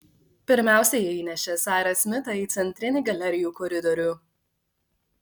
pirmiausia jie įnešė sairą smitą į centrinį galerijų koridorių